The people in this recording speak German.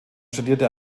studierte